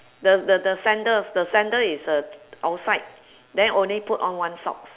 the the the sandals the sandal is uh outside then only put on one socks